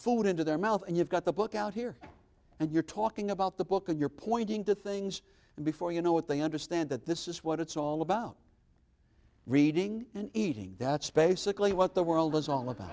food into their mouth and you've got the book out here and you're talking about the book and you're pointing to things and before you know what they understand that this is what it's all about reading and eating that's basically what the world